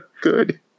good